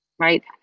Right